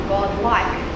God-like